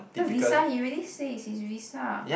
the visa he already say is his visa